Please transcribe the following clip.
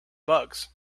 bugs